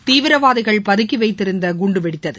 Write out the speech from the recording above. தீவிரவாதிகள் பதுக்கிவைத்திருந்தகுண்டுவெடித்தது